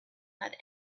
had